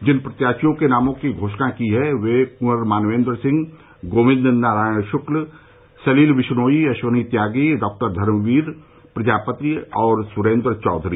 जिन प्रत्याशियों के नामों की घोषणा की है वे हैं कुँवर मानवेन्द्र सिंह गोविन्द नारायण शुक्ल सलिल विश्नोई अश्वनी त्यागी डॉक्टर धर्मवीर प्रजापति और सुरेन्द्र चौधरी